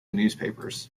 newspapers